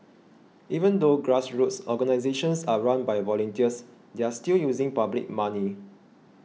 even though grassroots organisations are run by volunteers they are still using public money